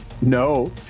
No